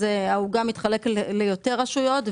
אז העוגה מתחלקת ליותר רשויות.